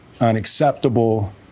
unacceptable